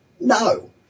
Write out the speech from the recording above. No